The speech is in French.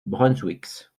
brunswick